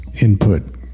input